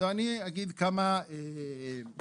עכשיו אני אגיד כמה נתונים.